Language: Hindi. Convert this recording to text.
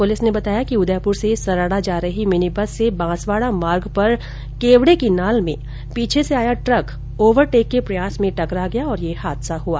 पुलिस ने बताया कि उदयपुर से सराडा जा रही मिनी बस से बांसवाडा मार्ग पर केवडे की नाल में पीछे से आया ट्रक ऑवरटेक के प्रयास में टकरा गया और यह हादसा हुआ